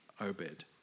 obed